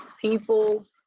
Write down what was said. people